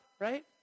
right